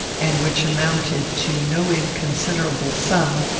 and which amounted to no inconsiderable sum,